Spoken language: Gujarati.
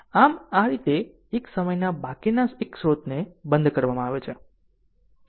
આમ આ રીતે એક સમયના બાકીના એક સ્રોતને બંધ કરવામાં આવશે